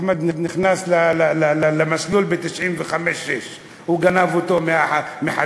אחמד נכנס למסלול ב-1995 1996. הוא גנב אותו מחד"ש,